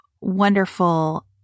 wonderful